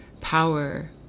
power